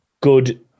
good